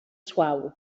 suau